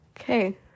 Okay